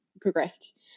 progressed